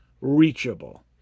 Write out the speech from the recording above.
reachable